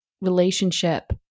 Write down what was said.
relationship